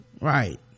right